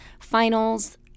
finals